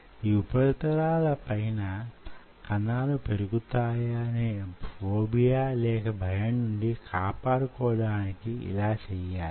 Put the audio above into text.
ఈ ఉపరితలాలు పైన కణాలు పెరుగుతాయనే ఫోబియా లేక భయం నుండి కాపాడుకోవడానికి యిలా చేయాలి